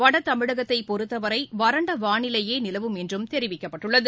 வடதமிழகத்தைப் பொறுத்தவரை வறண்ட வாளிலையே நிலவும் என்றும் தெரிவிக்கப்பட்டுள்ளது